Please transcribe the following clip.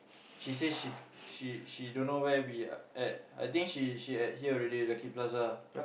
she say she she she don't know where we are at I think she she at here already Lucky-Plaza